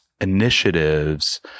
initiatives